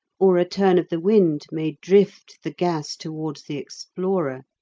or a turn of the wind may drift the gas towards the explorer.